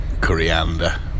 coriander